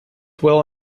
well